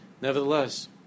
nevertheless